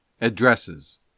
addresses